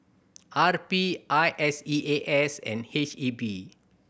R P I S E A S and H E B